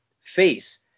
face